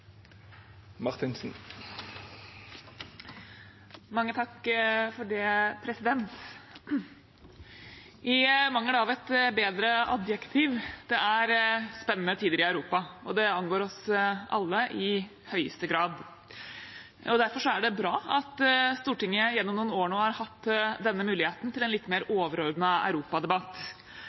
det angår oss alle i høyeste grad. Derfor er det bra at Stortinget gjennom noen år nå har hatt denne muligheten til en litt mer overordnet europadebatt.